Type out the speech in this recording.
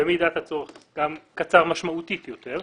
במידת הצורך גם קצר משמעותית יותר,